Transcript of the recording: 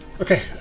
Okay